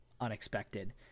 unexpected